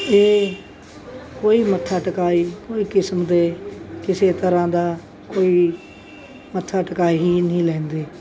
ਇਹ ਕੋਈ ਮੱਥਾ ਟਿਕਾਈ ਕੋਈ ਕਿਸਮ ਦੇ ਕਿਸੇ ਤਰ੍ਹਾਂ ਦਾ ਕੋਈ ਮੱਥਾ ਟਿਕਾਈ ਹੀ ਨਹੀਂ ਲੈਂਦੇ